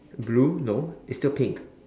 blue no it's still pink